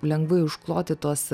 lengvai užkloti tuos